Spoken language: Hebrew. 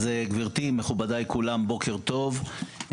גברתי, מכובדי כולם, בוקר טוב.